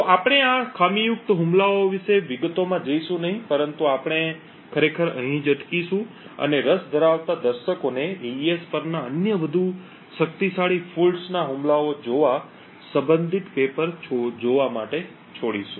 તો આપણે આ ખામીયુક્ત હુમલાઓ વિશે વિગતોમાં જઈશું નહીં પરંતુ આપણે ખરેખર અહીં જ અટકીશું અને રસ ધરાવતા દર્શકોને એઇએસ પરના અન્ય વધુ શક્તિશાળી દોષો ના હુમલાઓ જોવા સંબંધિત પેપર જોવા માટે છોડીશું